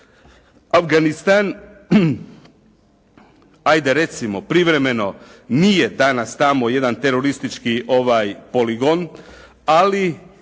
Afganistan, ajde recimo privremeno nije danas tamo jedan teroristički poligon ali